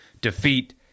defeat